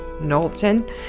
Knowlton